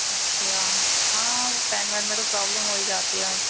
اچھا ہاں وہ پین وین میں تو پرابلم ہو ہی جاتی ہے